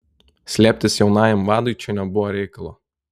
slėptis jaunajam vadui čia nebuvo reikalo